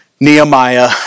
Nehemiah